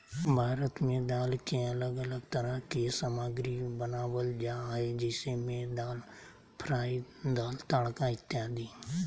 भारत में दाल के अलग अलग तरह के सामग्री बनावल जा हइ जैसे में दाल फ्राई, दाल तड़का इत्यादि